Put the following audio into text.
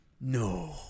No